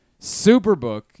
Superbook